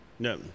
No